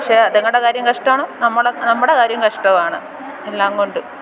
പക്ഷെ അത്ങ്ങടെ കാര്യം കഷ്ടമാണ് നമ്മൾ നമ്മുടെ കാര്യവും കഷ്ടമാണ് എല്ലാംകൊണ്ടും